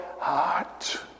heart